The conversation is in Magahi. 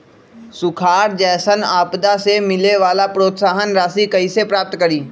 सुखार जैसन आपदा से मिले वाला प्रोत्साहन राशि कईसे प्राप्त करी?